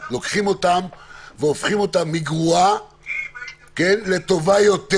לוקחים אותם והופכים אותם מגרועה כן לטובה יותר